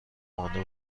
قانع